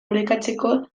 orekatzeko